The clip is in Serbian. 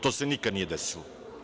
To se nikad nije desilo.